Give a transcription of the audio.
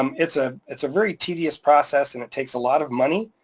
um it's ah it's a very tedious process and it takes a lot of money,